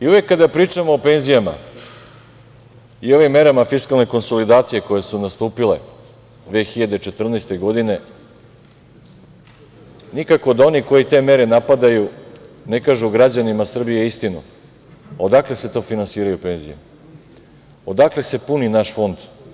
Uvek kada pričamo o penzijama i ovim merama fiskalne konsolidacije koje su nastupile 2014. godine nikako da oni koji te mere napadaju ne kažu građanima Srbije istinu odakle se to finansiraju penzije, odakle se puni naš PIO fond.